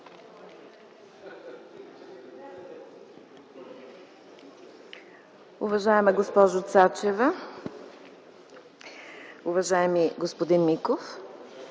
Благодаря.